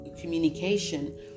communication